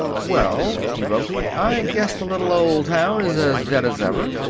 well, he wrote, i guess the little old town is as dead as ever.